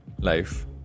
life